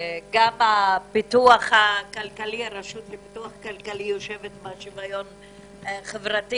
וגם הרשות לפיתוח כלכלי יושבת בשוויון חברתי,